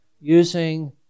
using